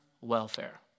welfare